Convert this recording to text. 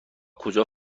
کجا